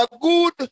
good